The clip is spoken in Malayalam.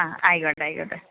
ആ ആയിക്കോട്ടെ ആയിക്കോട്ടെ